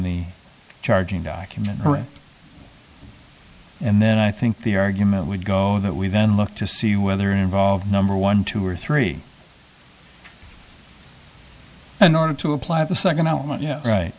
the charging document and then i think the argument would go that we then look to see whether involve number one two or three in order to apply the second element yeah right